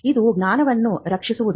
ಇದು ಜ್ಞಾನವನ್ನು ರಕ್ಷಿಸುವುದು